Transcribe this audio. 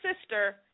sister